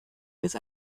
bis